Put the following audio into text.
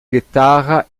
guitarra